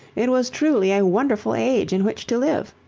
it was truly a wonderful age in which to live!